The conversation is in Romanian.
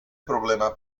problema